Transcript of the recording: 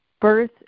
birth